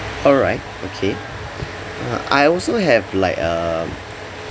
alright okay uh I also have like um